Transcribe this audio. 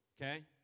okay